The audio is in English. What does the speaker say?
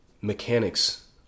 mechanics